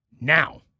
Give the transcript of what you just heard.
now